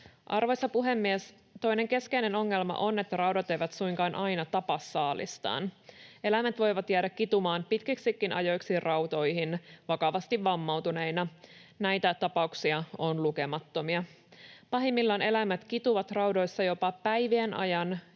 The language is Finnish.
Arvoisa puhemies! Toinen keskeinen ongelma on, että raudat eivät suinkaan aina tapa saalistaan. Eläimet voivat jäädä kitumaan pitkiksikin ajoiksi rautoihin, vakavasti vammautuneina. Näitä tapauksia on lukemattomia. Pahimmillaan eläimet kituvat raudoissa jopa päivien ajan